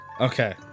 Okay